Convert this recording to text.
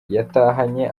yatahanye